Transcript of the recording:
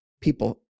people